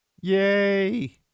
yay